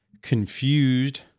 confused